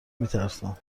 میترسم